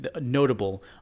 notable